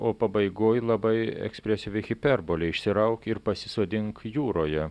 o pabaigoj labai ekspresyvi hiperbolė išsirauk ir pasisodink jūroje